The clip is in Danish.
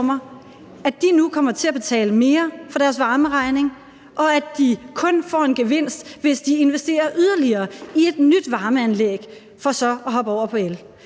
at de nu kommer til at betale mere for deres varme, men at de kun får en gevinst, hvis de investerer yderligere i et nyt varmeanlæg for så at hoppe over på el.